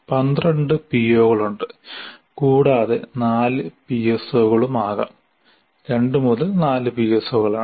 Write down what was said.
12 പിഒകളുണ്ട് കൂടാതെ 4 പിഎസ്ഒകളും ആകാം 2 മുതൽ 4 പിഎസ്ഒകളാണ്